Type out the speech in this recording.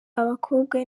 abakobwa